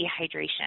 dehydration